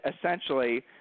essentially –